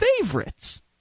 favorites